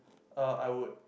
uh I would